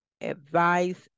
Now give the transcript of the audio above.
advice